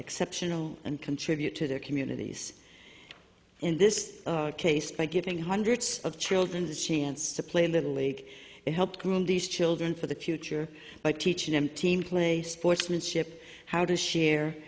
exceptional and contribute to their communities in this case by giving hundreds of children the chance to play little league they help groom these children for the future by teaching them team play sportsmanship how to share